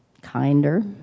kinder